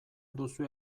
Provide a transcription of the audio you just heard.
duzue